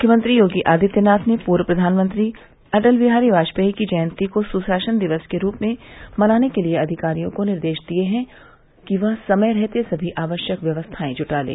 मुख्यमंत्री योगी आदित्यनाथ ने पूर्व प्रधानमंत्री अटलबिहारी वाजपेयी की जयन्ती को सुशासन दिवस के रूप में मनाने के लिये अधिकारियों को निर्देश दिये हैं कि वह समय रहते समी आवश्यक व्यवस्थायें जुटा लें